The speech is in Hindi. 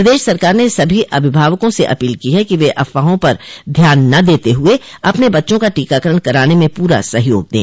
प्रदेश सरकार ने सभी अभिभावकों से अपील की है कि वे अफवाहों पर ध्यान न देते हुए अपने बच्चों का टीकाकरण कराने में पूरा सहयोग दें